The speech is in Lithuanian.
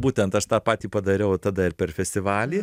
būtent aš tą patį padariau tada ir per festivalį